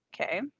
Okay